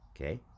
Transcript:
okay